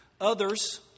Others